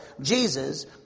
Jesus